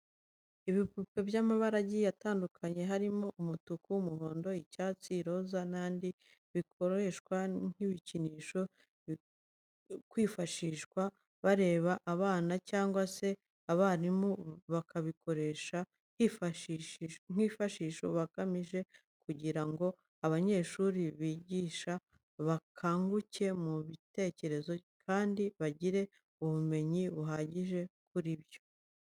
Ibipupe by'amabara agiye atandukanye harimo umutuku, umuhondo, icyatsi, iroza n'ayandi, bikoreshwa nk'ibikinisho bishobora kwifashishwa barera abana cyangwa se abarimu bakabikoresha nk'imfashanyigisho bagamije kugira ngo abanyeshuri bigisha bakanguke mu bitekerezo kandi bagire ubumenyi buhagije kuri byo.